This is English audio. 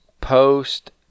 post